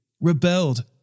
rebelled